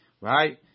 right